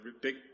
big